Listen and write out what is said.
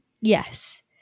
Yes